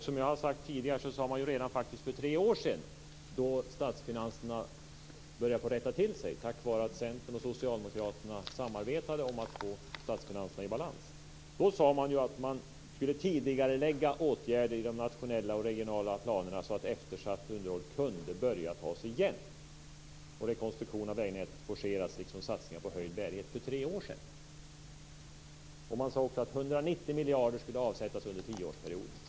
Som jag har sagt tidigare, sade man redan för tre år sedan, då statsfinanserna började rätta till sig tack vare att Centern och Socialdemokraterna samarbetade om att få statsfinanserna i balans, att man skulle tidigarelägga åtgärder i de nationella och regionala planerna så att eftersatt underhåll kunde börja tas igen och rekonstruktion av vägnätet forceras liksom satsningar på höjd bärighet. Man sade också att 190 miljarder skulle avsättas under tioårsperioden.